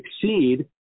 succeed